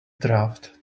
draft